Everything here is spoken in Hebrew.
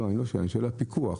אני שואל על פיקוח.